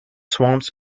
swamps